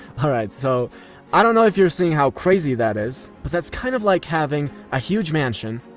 alright, so i don't know if you're seeing how crazy that is, but that's kind of like having a huge mansion,